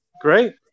Great